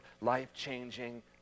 life-changing